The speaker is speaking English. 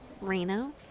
Reno